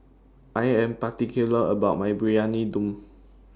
I Am particular about My Briyani Dum